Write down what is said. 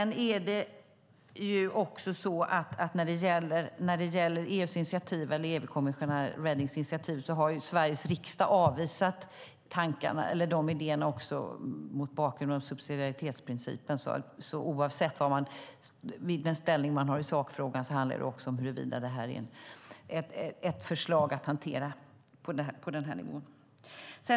När det gäller EU-kommissionär Readings initiativ har Sveriges riksdag avvisat de idéerna mot bakgrund av subsidiaritetsprincipen, så oavsett vilken ställning man har i sakfrågan handlar det också om huruvida det här är ett förslag att hantera på den här nivån.